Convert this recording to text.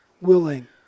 willing